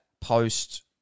post